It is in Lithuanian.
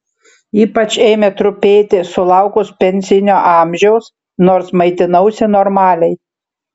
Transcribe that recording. ypač ėmė trupėti sulaukus pensinio amžiaus nors maitinausi normaliai